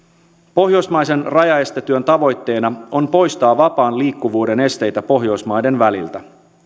pohjoismaisen rajaestetyön tavoitteena on poistaa vapaan liikkuvuuden esteitä pohjoismaiden väliltä